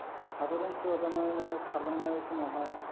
हाथरजों खुबै हरजानानै माने खारलांनाय समावहाय